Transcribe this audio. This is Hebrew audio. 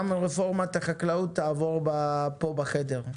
גם רפורמת החקלאות תעבור כאן בחדר.